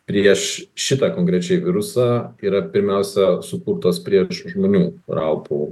prieš šitą konkrečiai virusą yra pirmiausia sukurtos prieš žmonių raupų